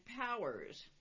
powers